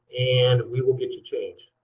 and we will get you changed